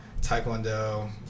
taekwondo